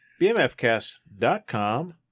bmfcast.com